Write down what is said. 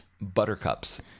Buttercups